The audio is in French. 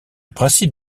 principe